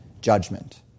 judgment